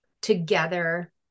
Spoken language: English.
together